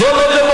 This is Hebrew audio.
זו לא דמוקרטיה.